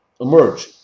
emerge